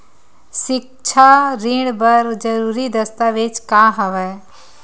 सिक्छा ऋण बर जरूरी दस्तावेज का हवय?